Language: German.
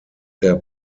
der